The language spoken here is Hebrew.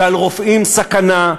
ועל רופאים סכנה,